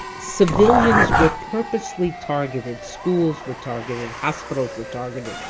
civilians were purposely targeted, schools were targeted, hospitals were targeted,